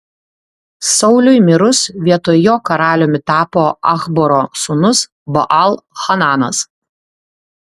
sauliui mirus vietoj jo karaliumi tapo achboro sūnus baal hananas